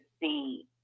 see